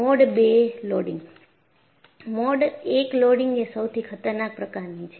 mode II loading mode I loading એ સૌથી ખતરનાક પ્રકારની છે